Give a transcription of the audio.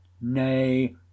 Nay